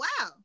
wow